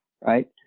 right